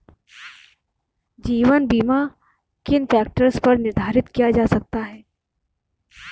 जीवन बीमा किन फ़ैक्टर्स पर निर्धारित किया जा सकता है?